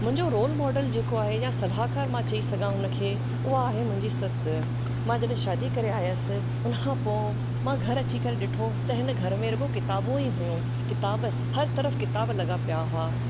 मुंहिंजो role model जेको आहे या सलाहकारु मां चई सघां उन खे उहा आहे मुंहिंजी ससु मां जॾहिं शादी करे आयसि उन खां पोइ मां घरु अची करे ॾिठो त हिन घरु रुगो किताबू ई हुयूं किताब हर तर्फ़ु किताब लॻा पिया हुआ